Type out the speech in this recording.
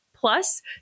Plus